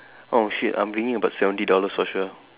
oh shit I'm bringing about seventy dollars for sure